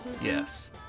yes